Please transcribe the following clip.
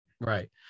Right